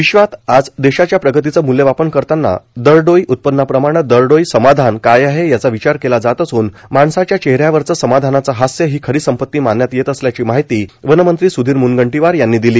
विश्वात आज देशाच्या प्रगतीच मूल्यमापन करताना दरडोई उत्पनाप्रमाण दरडोई समाधान काय आहे याचा विचार केला जात असून माणसाच्या चेहऱ्यावरचे समाधानाचे हास्य ही खरी संपती मानण्यात येत असल्याची माहिती वनमंत्री सुधीर मूनगंटीवार यांनी दिली